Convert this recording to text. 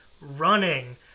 running